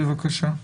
בבקשה.